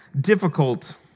difficult